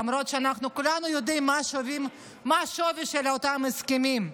למרות שכולנו יודעים מה השווי של אותם הסכמים.